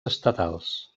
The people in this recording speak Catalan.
estatals